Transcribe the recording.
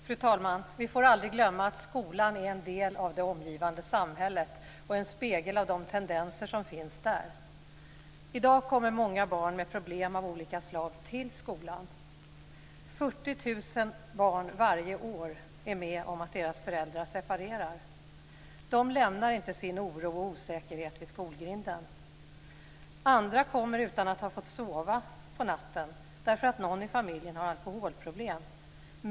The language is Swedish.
Fru talman! Vi får aldrig glömma att skolan är en del av det omgivande samhället och en spegel av de tendenser som finns där. I dag kommer många barn med problem av olika slag till skolan. Varje år är 40 000 barn med om att deras föräldrar separerar. De lämnar inte sin oro och osäkerhet vid skolgrinden. Andra kommer utan att ha fått sova på natten därför att någon i familjen har alkoholproblem.